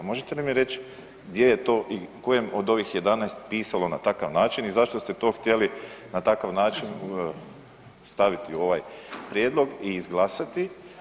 Možete li mi reći gdje je to i u kojem od ovih 11 pisalo na takav način i zašto ste to htjeli na takav način staviti u ovaj prijedlog i izglasati.